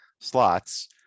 slots